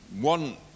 one